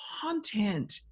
content